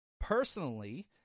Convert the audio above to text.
Personally